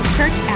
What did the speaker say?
Church